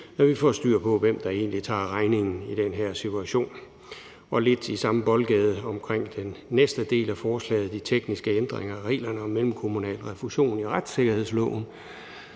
at vi får styr på, hvem der egentlig tager regningen i den her situation. Den anden del af forslaget er lidt i samme boldgade og omhandler de tekniske ændringer af reglerne om mellemkommunal refusion i retssikkerhedsloven.